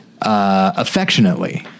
affectionately